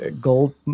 gold